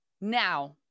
now